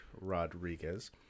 Rodriguez